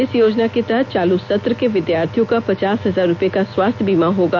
इस योजना के तहत चालू सत्र के विद्यार्थियों का पचास हजार रुपए का स्वास्थय बीमा होगा